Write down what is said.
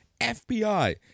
FBI